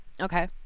Okay